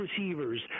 receivers